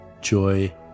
joy